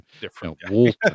different